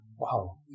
wow